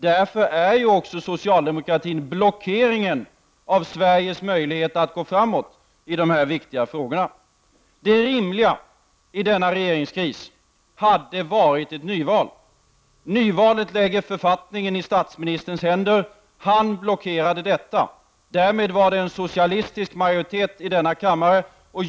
Därför är ju också socialdemokratin en blockering för Sveriges möjligheter att gå framåt i de här viktiga frågorna. Det rimliga i denna regeringskris hade varit ett nyval. Författningen lägger nyvalet i statsministerns händer. Han blockerade detta. Därmed var det en socialistisk majoritet i denna kammare.